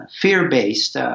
fear-based